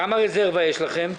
כמה רזרבה יש לכם?